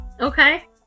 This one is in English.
Okay